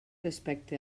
respecte